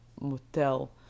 motel